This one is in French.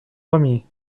premiers